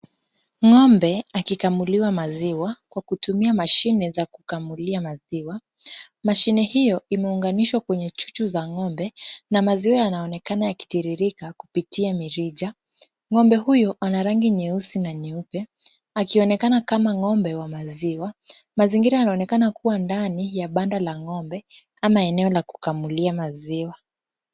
Ng'ombe akikamuliwa maziwa kwa kutumia mashine za kukamulia maziwa. Mashine hiyo imeunganishwa kwenye chuchu za ng'ombe na maziwa yanaonekana yakitiririka kupitia mirija. Ng'ombe huyo ana rangi nyeusi na nyeupe akionekana kama ng'ombe wa maziwa. Mazingira yanaonekana kuwa ndani ya banda la ng'ombe ama eneo la kukamulia maziwa.